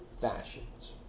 fashions